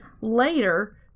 later